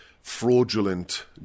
fraudulent